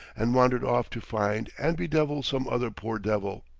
and wandered off to find and bedevil some other poor devil.